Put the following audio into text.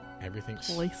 Everything's